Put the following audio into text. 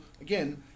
again